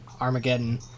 Armageddon